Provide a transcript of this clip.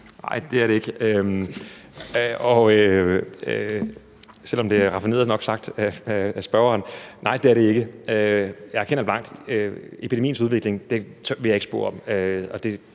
Nej, det er det ikke, selv om det er raffineret nok sagt af spørgeren. Jeg erkender blankt, at epidemiens udvikling vil jeg ikke spå om, og det er